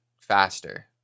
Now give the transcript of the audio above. faster